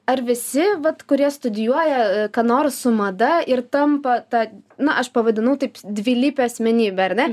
ar visi vat kurie studijuoja ką nors su mada ir tampa ta na aš pavadinau taip dvilypė asmenybė ar ne